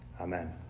Amen